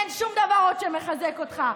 אין עוד שום דבר שמחזיק אותך.